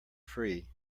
free